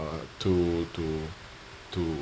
uh to to to